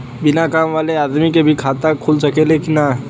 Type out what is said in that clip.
बिना काम वाले आदमी के भी खाता खुल सकेला की ना?